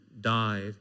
died